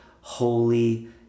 holy